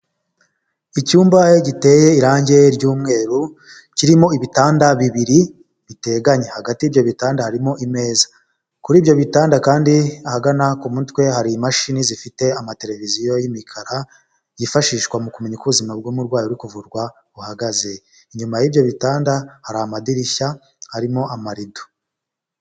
Icyumba giteye irange ry'umweru kirimo ibitanda bibiri biteganye, hagati y'ibyo bitanda harimo imeza, kuri ibyo bitanda kandi ahagana ku mutwe hari imashini zifite amateleviziyo y'imikara yifashishwa mu kumenya uko ubuzima bw'umurwayi uri kuvurwa buhagaze, inyuma y'ibyo bitanda hari amadirishya harimo amarido.